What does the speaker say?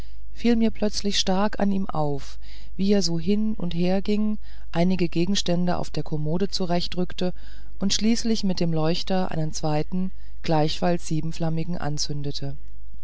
fiel mir plötzlich stark an ihm auf wie er so hin und her ging einige gegenstände auf der kommode zurechtrückte und schließlich mit dem leuchter einen zweiten gleichfalls siebenflammigen anzündete